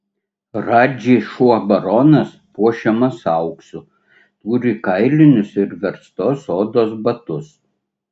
radži šuo baronas puošiamas auksu turi kailinius ir verstos odos batus